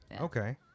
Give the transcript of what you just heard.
okay